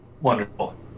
Wonderful